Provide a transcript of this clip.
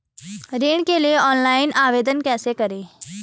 ऋण के लिए ऑनलाइन आवेदन कैसे करें?